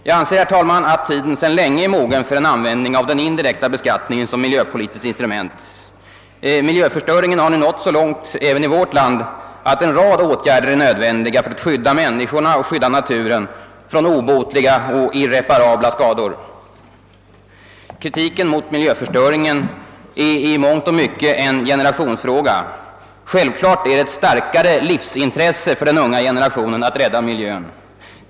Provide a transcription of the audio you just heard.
Jag anser, herr talman, att tiden sedan länge är mogen för en användning av den indirekta beskattningen som miljöpolitiskt instrument. Miljöförstöringen har nu nått så långt även i vårt land, att en rad åtgärder är nödvändiga för att skydda människorna och naturen från obotliga skador. Kritiken mot miljöförstöringen är i mångt och mycket en generationsfråga. Givetvis är det ett starkare livsintresse för den unga generationen att rädda miljön.